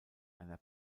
einer